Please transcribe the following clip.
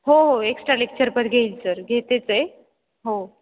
हो हो extra lecture पण घेईल सर घेतेच आहे हो